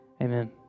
Amen